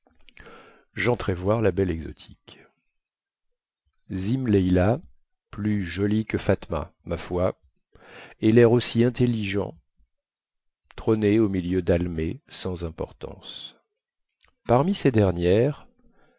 la belle exotique zim laï lah plus jolie que fatma ma foi et lair aussi intelligent trônait au milieu dalmées sans importance parmi ces dernières